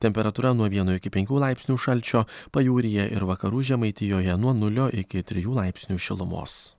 temperatūra nuo vieno iki penkių laipsnių šalčio pajūryje ir vakarų žemaitijoje nuo nulio iki trijų laipsnių šilumos